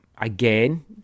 again